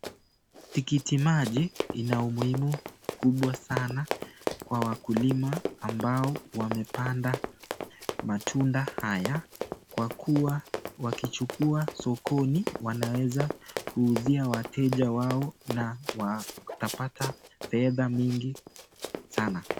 Tikiti maji ina umuhimu kubwa sana kwa wakulima ambao wamepanda matunda haya kwa kuwa wakichukua sokoni wanaweza kuuzia wateja wao na watapata fedha mingi sana.